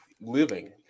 living